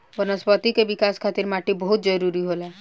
वनस्पति के विकाश खातिर माटी बहुत जरुरी होला